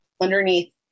underneath